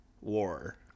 war